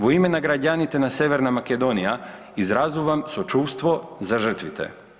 Vu ime na građani te na Severna Makedonija izrazuvam sućuvstvo za žrtvite.